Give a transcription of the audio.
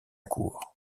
cour